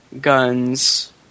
guns